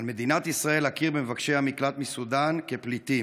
על מדינת ישראל להכיר במבקשי המקלט מסודאן כפליטים.